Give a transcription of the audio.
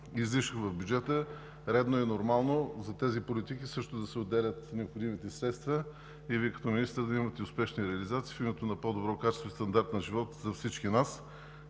излишък в бюджета, редно и нормално е за тези политики също да се отделят необходимите средства и Вие като министър да имате успешна реализация в името на по-добро качество и стандарт на живот за всички нас